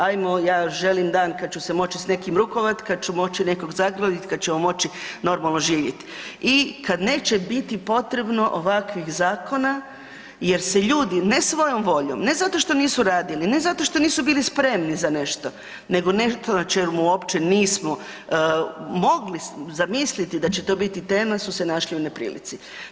Ajmo, ja želim dan kad ću se moći s nekim rukovat, kad ću moći nekog zagrlit, kad ćemo moći normalno živjeti i kad neće biti potrebno ovakvih zakona jer se ljudi ne svojom voljom, ne zato što nisu radili, ne zato što nisu bili spremni za nešto nego nešto na čemu uopće nismo mogli zamisliti da će to biti tema su se našli u neprilici.